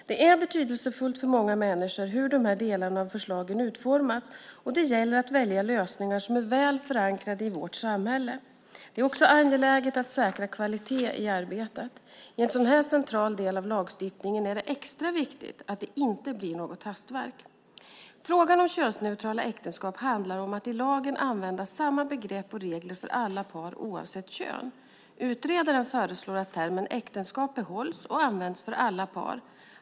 Det är betydelsefullt för många människor hur de här delarna av förslagen utformas, och det gäller att välja lösningar som är väl förankrade i vårt samhälle. Det är också angeläget att säkra kvaliteten i arbetet. I en så här central del av lagstiftningen är det extra viktigt att det inte blir något hastverk. Frågan om könsneutrala äktenskap handlar om att i lagen använda samma begrepp och regler för alla par, oavsett kön. Utredaren föreslår att termen äktenskap behålls och används för alla par.